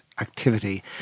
activity